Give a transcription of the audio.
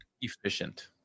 Efficient